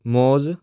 ਮੌਜ